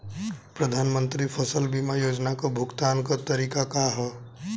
प्रधानमंत्री फसल बीमा योजना क भुगतान क तरीकाका ह?